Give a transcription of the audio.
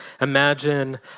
imagine